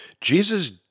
Jesus